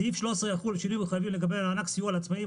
סעיף 13 יחול לשינויים המחייבים לגבי מענק סיוע לעצמאים,